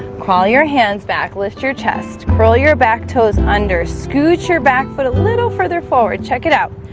crawl your hands back lift your chest curl your back toes under scooch your back foot a little further forward check it out.